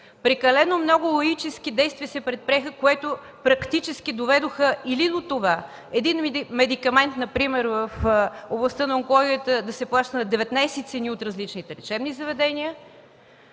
Прекалено много лаически действия се предприеха, които практически доведоха или до това един медикамент, например в областта на онкологията, да се плаща на 19 цени от различните лечебни заведения.